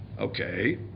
Okay